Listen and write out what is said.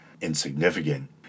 insignificant